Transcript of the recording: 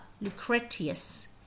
Lucretius